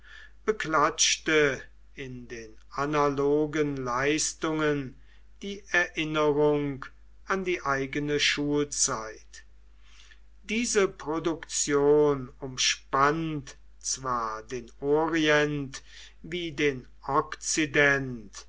beklatschte in den analogen leistungen die erinnerung an die eigene schulzeit diese produktion umspannt zwar den orient wie den okzident